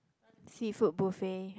seafood buffet